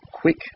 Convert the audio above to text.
quick